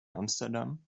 amsterdam